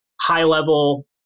high-level